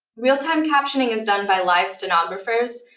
real-time captioning is done by live stenographers,